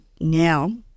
now